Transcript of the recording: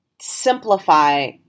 simplify